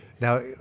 Now